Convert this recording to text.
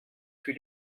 für